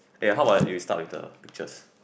yeah how about we start with the pictures